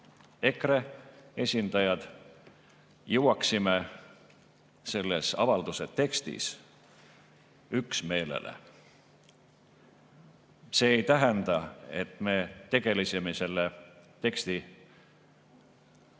EKRE esindajad, jõuaksid selles avalduse tekstis üksmeelele. See ei tähenda, et me tegelesime selle teksti